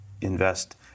invest